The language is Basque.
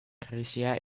krisia